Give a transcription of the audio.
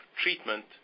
treatment